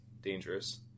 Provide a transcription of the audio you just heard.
dangerous